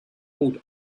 called